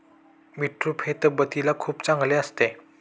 beetroot हे तब्येतीला खूप चांगले असते